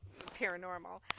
paranormal